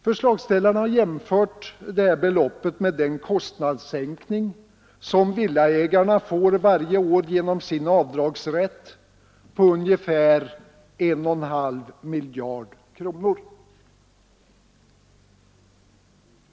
Förslagsställarna har jämfört detta belopp med den kostnadssänkning som villaägarna varje år får genom sin avdragsrätt på ungefär 1,5 miljarder kronor.